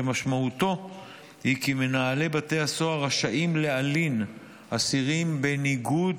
שמשמעותו היא כי מנהלי בתי הסוהר רשאים להלין אסירים בניגוד